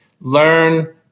learn